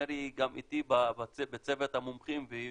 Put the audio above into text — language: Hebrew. מארי איתי בצוות המומחים והיא